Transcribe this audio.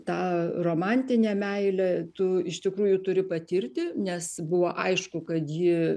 tą romantinę meilę tu iš tikrųjų turi patirti nes buvo aišku kad ji